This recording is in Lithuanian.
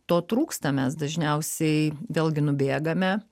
to trūksta mes dažniausiai vėlgi nubėgame